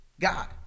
God